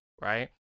Right